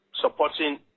supporting